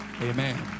Amen